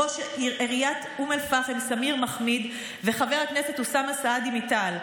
ראש עיריית אום אל-פחם סמיר מחאמיד וחבר הכנסת אוסאמה סעדי מתע"ל.